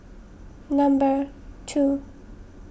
number two